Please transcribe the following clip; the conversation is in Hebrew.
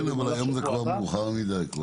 כן, אבל היום זה כבר מאוחר מדי.